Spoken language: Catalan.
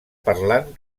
parlant